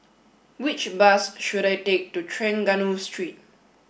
which bus should I take to Trengganu Street